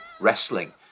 Wrestling